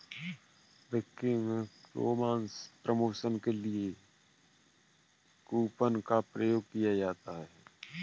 बिक्री में प्रमोशन के लिए कूपन का प्रयोग किया जाता है